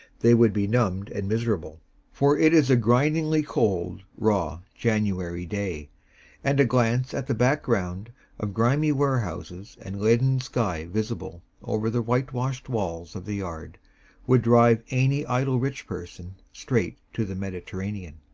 they would be numbed and miserable for it is a grindingly cold, raw, january day and a glance at the background of grimy warehouses and leaden sky visible over the whitewashed walls of the yard would drive any idle rich person straight to the mediterranean.